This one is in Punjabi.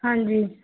ਹਾਂਜੀ